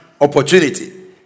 opportunity